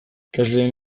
ikasleen